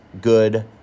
good